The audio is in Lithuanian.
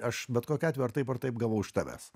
aš bet kokiu atveju ar taip ar taip gavau iš tavęs